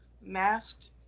masked